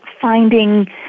finding